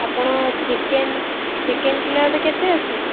ଆପଣ chicken chicken kilo ଏବେ କେତେ ଅଛି